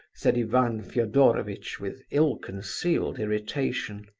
said ivan fedorovitch, with ill-concealed irritation.